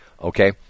Okay